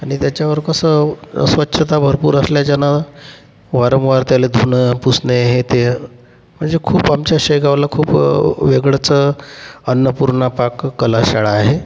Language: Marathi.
आणि त्याच्यावर कसं स्वच्छता भरपूर असल्याच्यानं वारंवार त्यालया धुणं पुसणे हे ते म्हणजे खूप आमच्या शेगावला खूप वेगळंच अन्नपूर्णा पाककला शाळा आहे